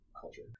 culture